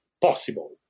possible